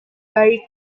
baik